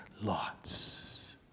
lots